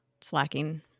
slacking